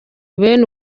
bene